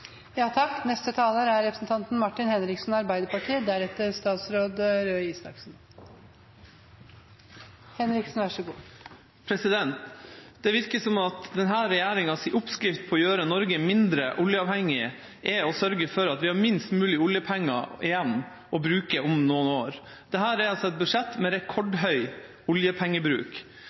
Det virker som om denne regjeringas oppskrift på å gjøre Norge mindre oljeavhengig er å sørge for at vi har minst mulig oljepenger igjen å bruke om noen år. Dette er et budsjett med